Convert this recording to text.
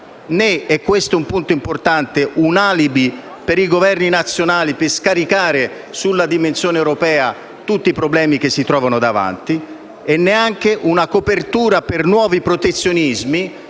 - e questo è un punto importante - un alibi per i Governi nazionali per scaricare sulla dimensione europea tutti i problemi che si trovano davanti, né una copertura per nuovi protezionismi